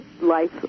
life